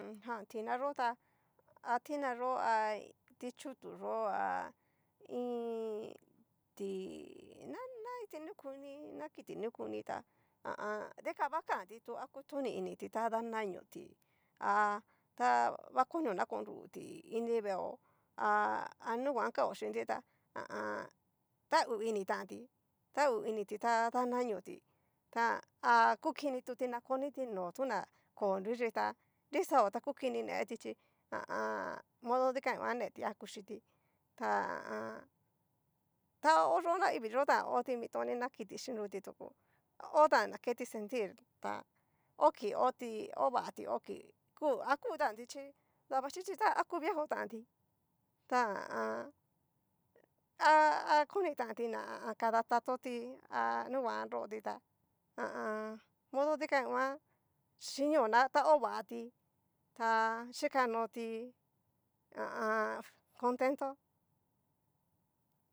Mm jan tina yo'o ta ha tina yó ha tichutu yó a iin ti na na kitinikuni, na kiti nikuni tá ha a an. dikan va kanti tu kutoni initi ta dananioti, ha ta va konio na konruti ini veo a anunguan kao chinti tá, ha a an. ta hu initanti, tau initi na dananioti, ta ha kukini ta koniti no'o, tuna koo nruiyi tá nrixao ta kukini neti chí ha a an. modo dikan netia kuchiti ta ha a an. ta ho yo naivii yo'o tan oti mitoni ná, kiti xhinruti tuko o tan na keti sentir ta okii oti ovati okii ku akutanti chí dabaxhichi ta ha ku viejo tanti, ta ha a an. ha akoni tanti na ha a an. kadatatoti a nunguan nroti tá, ha a an. modo dikan nguan, xhinio ná ta hovatí ha xhikanoti ha a an. contento.